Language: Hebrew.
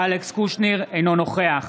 אינו נוכח